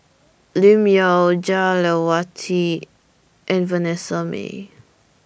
Lim Yau Jah Lelawati and Vanessa Mae